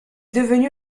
devenue